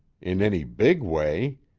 in any big way,